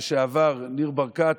ניר ברקת,